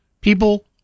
People